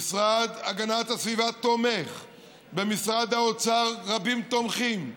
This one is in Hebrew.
המשרד להגנת הסביבה, ובמשרד האוצר רבים תומכים.